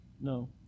No